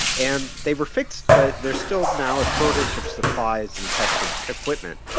and they were fixed, but there's still now a shortage of supplies and testing equipment.